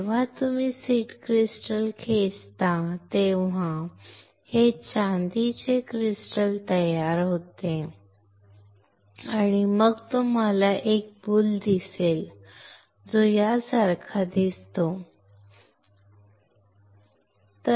जेव्हा तुम्ही seed crystal खेचता तेव्हा हे चांदीचे क्रिस्टल तयार होते आणि मग तुम्हाला एक बुल दिसेल जो यासारखा दिसतो किंवा तो यासारखाच दिसतो बरोबर